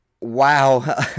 Wow